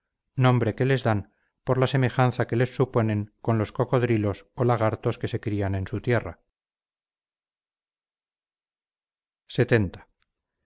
nombre que les dan por la semejanza que les suponen con los cocodrilos o lagartos que se crían en su tierra